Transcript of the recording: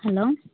hello